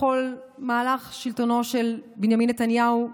בכל מהלך שלטונו של בנימין נתניהו,